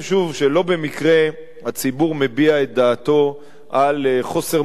שלא במקרה הציבור מביע את דעתו על חוסר המנהיגות